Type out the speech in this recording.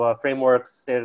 frameworks